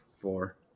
four